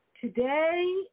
Today